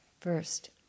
first